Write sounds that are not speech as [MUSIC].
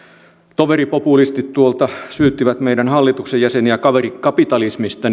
toveripopulistit tuolta syyttävät meidän hallituksemme jäseniä kaverikapitalismista [UNINTELLIGIBLE]